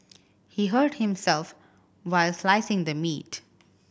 he hurt himself while slicing the meat